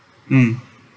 mm